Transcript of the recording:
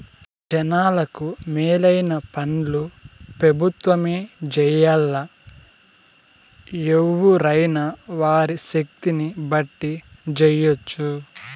జనాలకు మేలైన పన్లు పెబుత్వమే జెయ్యాల్లా, ఎవ్వురైనా వారి శక్తిని బట్టి జెయ్యెచ్చు